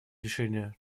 решения